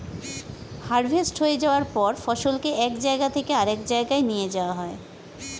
harvest হয়ে যাওয়ার পর ফসলকে এক জায়গা থেকে আরেক জায়গায় নিয়ে যাওয়া হয়